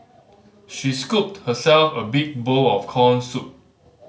she scooped herself a big bowl of corn soup